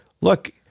look